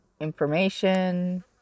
Information